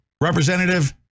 Representative